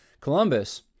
Columbus